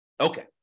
Okay